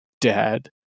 dad